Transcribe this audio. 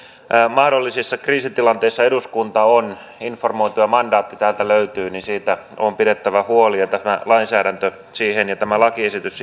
mahdollisissa kriisitilanteissa eduskunta on informoitu ja mandaatti täältä löytyy on pidettävä huoli tämä lainsäädäntö ja tämä lakiesitys